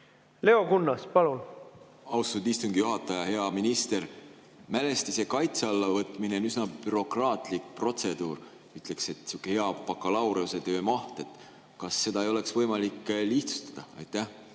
Leo Kunnas, palun! Austatud istungi juhataja! Hea minister! Mälestise kaitse alla võtmine on üsna bürokraatlik protseduur. Ütleks, et sihuke hea bakalaureusetöö maht. Kas seda ei oleks võimalik lihtsustada? Austatud